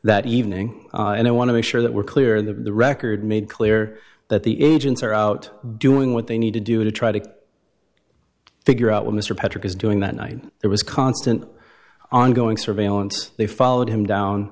that evening and i want to make sure that we're clear the record made clear that the agents are out doing what they need to do to try to figure out what mr patrick is doing that night there was constant ongoing surveillance they followed him down